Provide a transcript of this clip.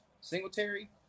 Singletary